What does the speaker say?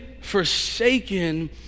forsaken